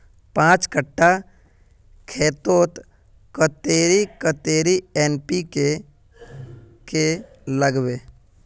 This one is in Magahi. पाँच कट्ठा खेतोत कतेरी कतेरी एन.पी.के के लागबे?